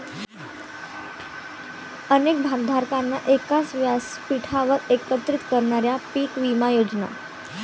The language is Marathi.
अनेक भागधारकांना एकाच व्यासपीठावर एकत्रित करणाऱ्या पीक विमा योजना